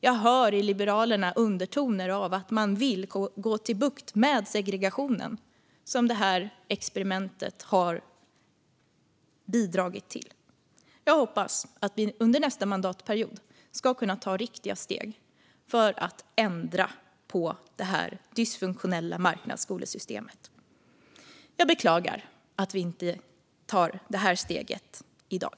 Jag hör i Liberalerna undertoner av att man vill få bukt med den segregation som detta experiment har bidragit till. Jag hoppas att vi under nästa mandatperiod ska kunna ta riktiga steg för att ändra på det dysfunktionella marknadsskolesystemet. Jag beklagar att vi inte tar detta steg i dag.